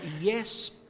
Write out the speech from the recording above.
Yes